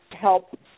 help